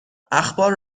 اخبار